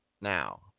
now